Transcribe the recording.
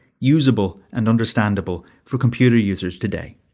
useable and understandable for computer users today.